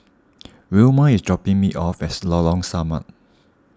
Wilma is dropping me off at Lorong Samak